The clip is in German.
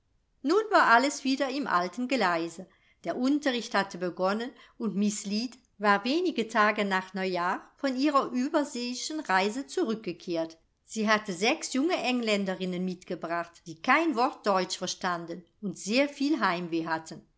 nun war alles wieder im alten geleise der unterricht hatte begonnen und miß lead war wenige tage nach neujahr von ihrer überseeischen reise zurückgekehrt sie hatte sechs junge engländerinnen mitgebracht die kein wort deutsch verstanden und sehr viel heimweh hatten